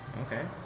Okay